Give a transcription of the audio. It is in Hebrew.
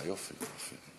תודה רבה.